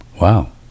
Wow